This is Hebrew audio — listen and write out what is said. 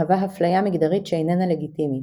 מהווה הפליה מגדרית שאיננה לגיטימית.